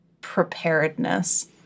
preparedness